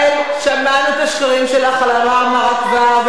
שמענו את השקרים שלך על ה"מרמרה" כבר,